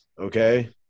Okay